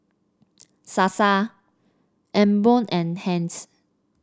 Sasa Emborg and Heinz